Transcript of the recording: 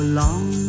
long